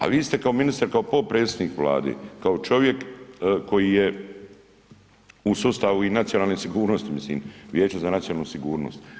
A vi ste kao ministar, kao potpredsjednik Vlade, kao čovjek koji je u sustavu i nacionalne sigurnost, mislim Vijeće za nacionalnu sigurnost.